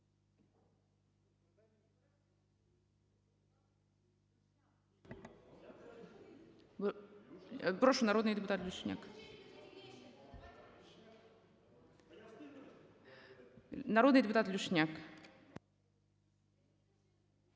народний депутат Люшняк, народний депутат Люшняк.